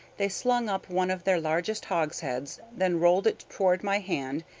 they slung up one of their largest hogsheads, then rolled it toward my hand,